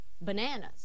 bananas